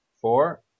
four